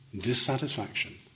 dissatisfaction